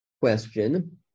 question